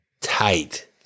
Tight